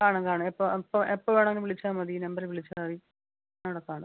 കാണും കാണും എപ്പോൾ എപ്പോൾ എപ്പോൾ വേണേലും വിളിച്ചാൽ മതി ഈ നമ്പറിൽ വിളിച്ചാൽ മതി ഞാൻ ഇവിടെ കാണും